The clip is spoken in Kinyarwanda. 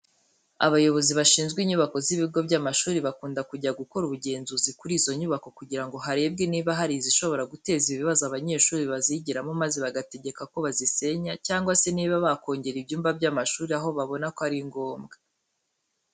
Abayobozi bashinzwe inyubako z'ibigo by'amashuri bakunda kujya gukora ubugenzuzi kuri izo nyubako kugira ngo harebwe niba hari izishobora kuteza ibibazo abanyeshuri bazigiramo maze bagategeka ko bazisenya cyangwa se niba bakongera ibyumba by'amashuri aho babona ko ari ngombwa.